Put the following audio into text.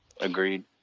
agreed